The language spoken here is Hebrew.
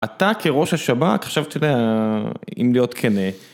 אתה כראש השב״כ, חשבתי לה, אם להיות כן...